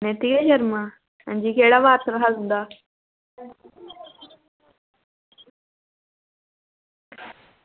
ते केह् करना ते केह्ड़ा पैक हा तुं'दा